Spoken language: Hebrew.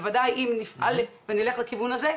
בוודאי אם נלך לכיוון הזה,